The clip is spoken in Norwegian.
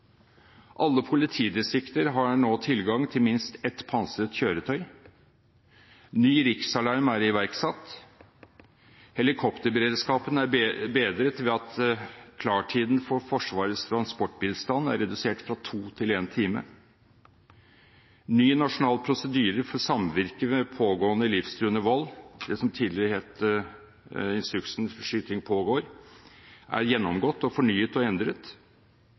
Alle politidistrikter har nå tilgang til minst ett pansret kjøretøy. Ny riksalarm er iverksatt. Helikopterberedskapen er bedret ved at klartiden for Forsvarets transportbistand er redusert fra to til én time. Ny nasjonal prosedyre for samvirke ved pågående livstruende vold – det som tidligere var instruksen «Skyting pågår» – er gjennomgått og fornyet og endret.